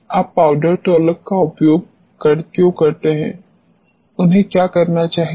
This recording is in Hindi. आप पाउडर तोलक का उपयोग क्यों करते हैं उन्हें क्या करना चाहिए